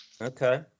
okay